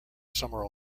summer